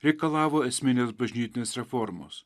reikalavo esminės bažnytinės reformos